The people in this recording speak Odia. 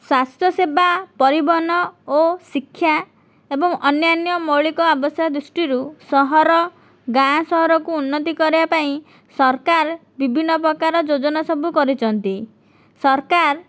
ସ୍ୱାସ୍ଥ୍ୟସେବା ପରିବହନ ଓ ଶିକ୍ଷା ଏବଂ ଅନ୍ୟାନ୍ୟ ମୌଳିକ ଆବଶ୍ୟକତା ଦୃଷ୍ଟିରୁ ସହର ଗାଁ ସହରକୁ ଉନ୍ନତି କରିବା ପାଇଁ ସରକାର ବିଭିନ୍ନ ପ୍ରକାରର ଯୋଜନା ସବୁ କରିଛନ୍ତି ସରକାର